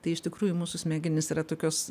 tai iš tikrųjų mūsų smegenys yra tokios